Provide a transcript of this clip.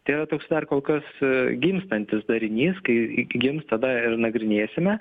tai yra dar kol kas gimstantis darinys kai gims tada ir nagrinėsime